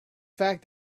fact